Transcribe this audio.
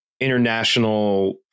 international